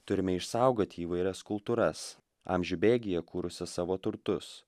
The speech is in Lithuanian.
turime išsaugoti įvairias kultūras amžių bėgyje kūrusias savo turtus